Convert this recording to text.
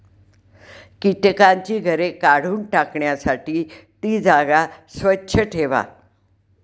कीटकांची घरे काढून टाकण्यासाठी ती जागा स्वच्छ ठेवा